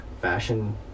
fashion